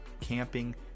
camping